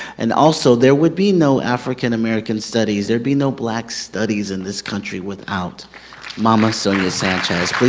and also there would be no african-american studies, there'd be no black studies in this country without mama sonia sanchez.